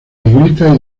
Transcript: negrita